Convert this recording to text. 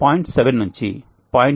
7 నుండి 0